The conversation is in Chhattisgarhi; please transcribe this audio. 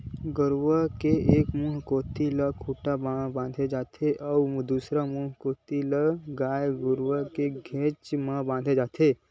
गेरवा के एक मुहूँ कोती ले खूंटा म बांधे जाथे अउ दूसर मुहूँ कोती ले गाय गरु के घेंच म बांधे जाथे